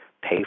pay